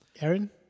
Aaron